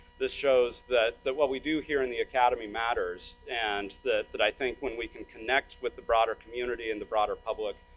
this shows that what we do here in the academy matters, and that that i think when we can connect with the broader community and the broader public,